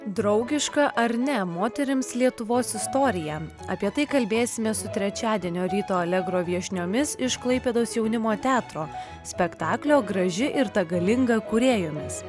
draugiška ar ne moterims lietuvos istorija apie tai kalbėsime su trečiadienio ryto alegro viešniomis iš klaipėdos jaunimo teatro spektaklio graži ir ta galinga kūrėjomis